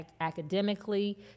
academically